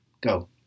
Go